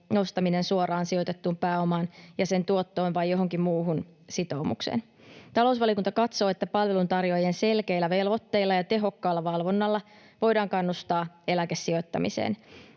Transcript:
nostaminen suoraan sijoitettuun pääomaan ja sen tuottoon vai johonkin muuhun sitoumukseen. Talousvaliokunta katsoo, että palveluntarjoajien selkeillä velvoitteilla ja tehokkaalla valvonnalla voidaan kannustaa eläkesijoittamiseen.